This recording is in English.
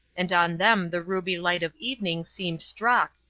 and on them the ruby light of evening seemed struck,